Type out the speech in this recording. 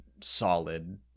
solid